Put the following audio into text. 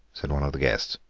said one of the guests.